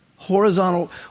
horizontal